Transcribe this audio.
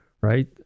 right